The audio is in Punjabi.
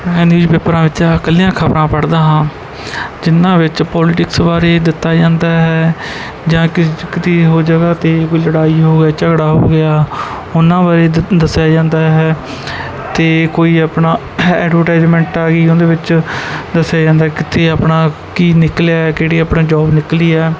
ਮੈਂ ਨਿਊਜ਼ਪੇਪਰਾਂ ਵਿੱਚ ਇਕੱਲੀਆਂ ਖਬਰਾਂ ਪੜ੍ਹਦਾ ਹਾਂ ਜਿਹਨਾਂ ਵਿੱਚ ਪੋਲੀਟਿਕਸ ਬਾਰੇ ਦਿੱਤਾ ਜਾਂਦਾ ਹੈ ਜਾਂ ਕਿਸ ਕਿਤੇ ਹੋਰ ਜਗ੍ਹਾ 'ਤੇ ਕੋਈ ਲੜਾਈ ਹੋਵੇ ਝਗੜਾ ਹੋ ਗਿਆ ਉਹਨਾਂ ਬਾਰੇ ਦ ਦੱਸਿਆ ਜਾਂਦਾ ਹੈ ਅਤੇ ਕੋਈ ਆਪਣਾ ਐਡਵਰਟਾਈਜਮੈਂਟ ਆ ਗਈ ਉਹਦੇ ਵਿੱਚ ਦੱਸਿਆ ਜਾਂਦਾ ਕਿੱਥੇ ਆਪਣਾ ਕੀ ਨਿਕਲਿਆ ਕਿਹੜੀ ਆਪਣਾ ਜੋਬ ਨਿਕਲੀ ਆ